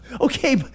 Okay